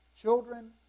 Children